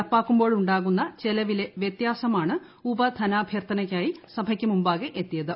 നടപ്പാക്കുമ്പോഴുണ്ടാകുന്ന വൃത്യാസമാണ് ഉപധനാഭ്യർത്ഥനയ്ക്കായി സഭക്ക് മുമ്പാകെ എത്തിയത്